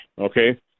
okay